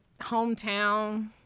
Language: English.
hometown